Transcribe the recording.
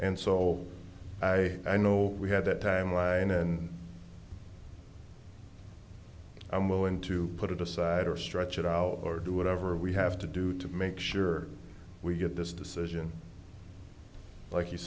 and so i i know we had that timeline and i'm willing to put it aside or stretch it out or do whatever we have to do to make sure we get this decision like